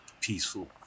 peaceful